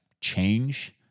change